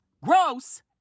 gross